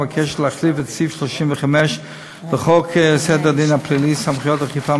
מבקשת להחליף את סעיף 35 לחוק סדר הדין הפלילי (סמכויות אכיפה,